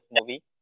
movie